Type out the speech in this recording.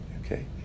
Okay